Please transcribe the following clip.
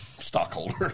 Stockholder